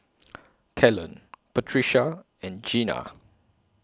Kellen Patricia and Jena